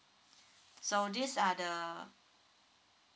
so these are the